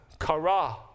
Kara